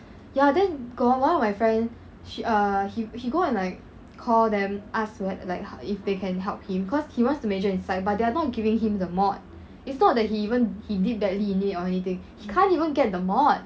ya then got one of my friend she err he he go and like call them asked what like if they can help him cause he wants to major in psych but they are not giving him the mod is not that he even he did badly in it or anything he can't even get the mod